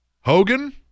Hogan